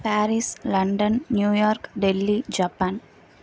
Paris London New York Delhi Japan